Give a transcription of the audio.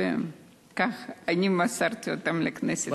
וכך אני מסרתי אותם לכנסת.